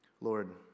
Lord